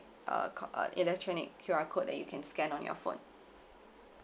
uh co~ uh electronic Q_R code that you can scan on your phone